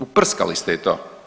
Uprskali ste i to.